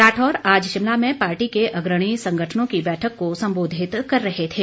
राठौर आज शिमला में पार्टी के अग्रणी सगंठनों की बैठक को संबोधित कर रहे थे